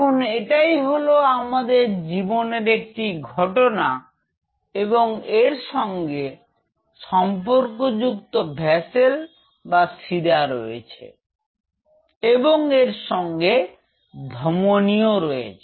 এখন এটাই হলো আমাদের জীবনে একটি ঘটনা এবং এর সঙ্গে সম্পর্কযুক্ত ভেসেল বা শিরা রয়েছে এবং এর সঙ্গে ধমনী ও রয়েছে